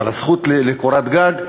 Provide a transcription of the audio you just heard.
אבל הזכות לקורת גג,